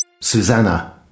Susanna